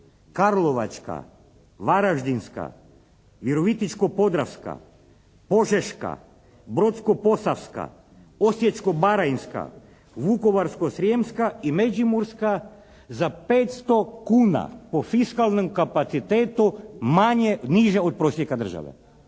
Karlovačka, Varaždinska, Virovitičko-podravska, Požeška, Brodsko-posavska, Osječko-baranjska, Vukovarsko-srijemska i Međimurska za 500 kuna po fiskalnom kapacitetu manje, niže od prosjeka države.